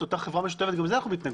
אותה חברה משותפת גם לזה אנחנו מתנגדים.